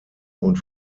und